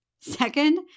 Second